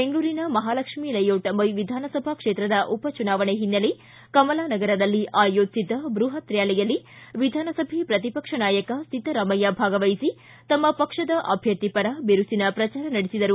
ಬೆಂಗಳೂರಿನ ಮಹಾಲಕ್ಷ್ಮೀ ಲೇಔಟ್ ವಿಧಾನಸಭಾ ಕ್ಷೇತ್ರದ ಉಪಚುನಾವಣೆ ಹಿನ್ನೆಲೆ ಕಮಲಾನಗರದಲ್ಲಿ ಆಯೋಜಿಸಿದ್ದ ಬೃಹತ್ ರ್ಕಾಲಿಯಲ್ಲಿ ವಿಧಾನಸಭೆ ಪ್ರತಿಪಕ್ಷ ನಾಯಕ ಸಿದ್ದರಾಮಯ್ಯ ಭಾಗವಹಿಸಿ ತಮ್ಮ ಪಕ್ಷದ ಅಭ್ಯರ್ಥಿ ಪರ ಬಿರುಸಿನ ಪ್ರಜಾರ ನಡೆಸಿದರು